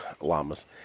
llamas